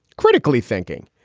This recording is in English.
critically thinking.